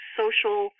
social